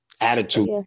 attitude